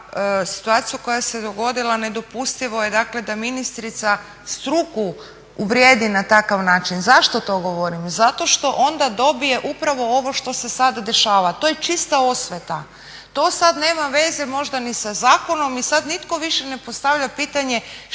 koja se dogodila nedopustivo je dakle da ministrica struku uvrijedi na takav način. Zašto to govorim? Zato što onda dobije upravo ovo što se sad dešava, to je čista osveta. To sad nema veze možda ni sa zakonom i sad nitko više ne postavlja pitanje